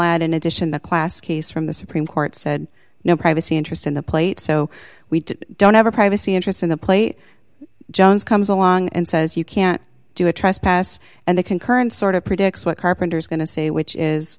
in addition the class case from the supreme court said no privacy interest in the plate so we don't have a privacy interest in the plate jones comes along and says you can't do a trespass and the concurrence sort of predicts what carpenters going to say which is